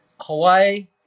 Hawaii